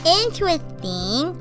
interesting